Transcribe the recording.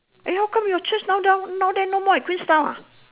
eh how come your church now now then no more at queenstown ah